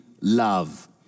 love